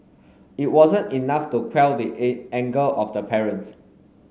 it wasn't enough to quell the anger of the parents